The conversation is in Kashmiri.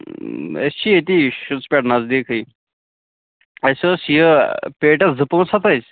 أسۍ چھِ ییٚتی شُژ پٮ۪ٹھ نزدیٖکٕے اَسہِ ٲس یہِ پیٹٮ۪س زٕ پانٛژھ ہَتھ ٲس